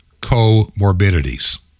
comorbidities